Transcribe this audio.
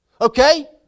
Okay